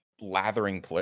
lathering